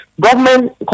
government